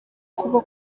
kuva